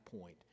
point